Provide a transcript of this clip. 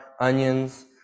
onions